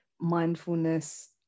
mindfulness